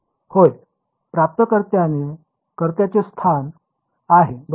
होय ते प्राप्तकर्त्याचे स्थान आहे बरोबर